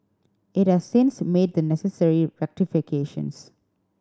it has since made the necessary rectifications